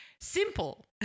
Simple